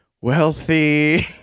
wealthy